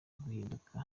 guhinduka